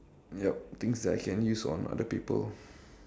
yup things that I can use on other people